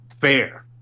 fair